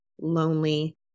lonely